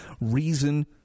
reason